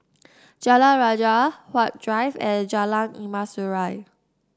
Jalan Rajah Huat Drive and Jalan Emas Urai